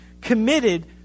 committed